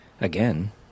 Again